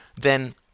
Then